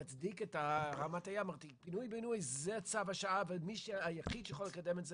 מצדיק ואמרתי שפינוי-בינוי זה צו השעה אבל היחיד שיכול לקדם את זה,